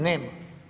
Nema.